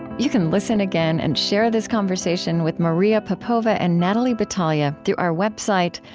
you can listen again and share this conversation with maria popova and natalie batalha, through our website,